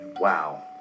wow